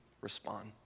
respond